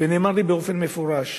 ונאמר לי באופן מפורש: